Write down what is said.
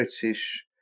British